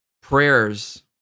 prayers